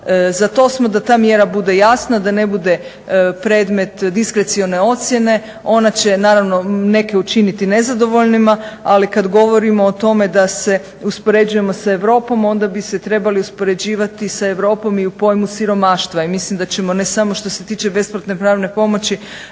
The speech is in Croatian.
Za to smo da ta mjera bude jasna, da ne bude predmet diskrecione ocjene. Ona će naravno neke učiniti nezadovoljnim. Ali kad govorimo o tome da se uspoređujemo sa Europom onda bi se trebali uspoređivati sa Europom i u pojmu siromaštva i mislim da ćemo ne samo što se tiče besplatne pravne pomoći